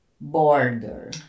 border